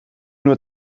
nur